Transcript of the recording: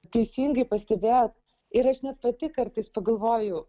teisingai pastebėjot ir aš net pati kartais pagalvoju